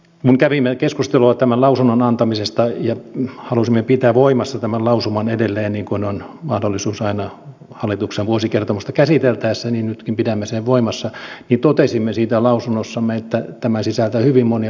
kun kävimme keskustelua tämän lausunnon antamisesta ja halusimme pitää voimassa tämän lausuman edelleen niin kuin on mahdollisuus aina hallituksen vuosikertomusta käsiteltäessä niin nytkin pidämme sen voimassa niin totesimme siitä lausunnossamme että tämä sisältää hyvin monia ulottuvuuksia